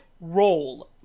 roll